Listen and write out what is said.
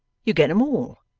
you get em all.